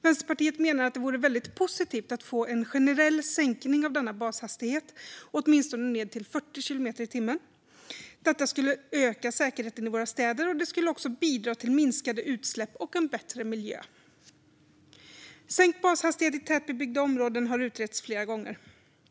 Vänsterpartiet menar att det vore väldigt positivt att få en generell sänkning av denna bashastighet, åtminstone ned till 40 kilometer i timmen. Detta skulle öka säkerheten i våra städer, och det skulle också bidra till minskade utsläpp och en bättre miljö. Sänkt bashastighet i tätbebyggda områden har utretts flera gånger.